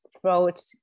throat